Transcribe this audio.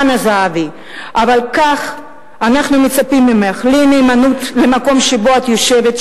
אבל כן אנחנו מצפים ממך לנאמנות למקום שבו את יושבת,